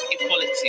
equality